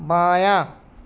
بایاں